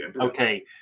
Okay